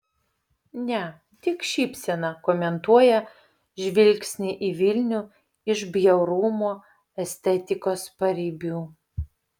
ne tik šypsena komentuoja žvilgsnį į vilnių iš bjaurumo estetikos paribių